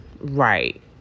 right